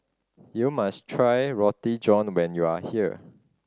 you must try Roti John when you are here